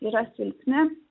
yra silpni